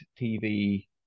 TV